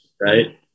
right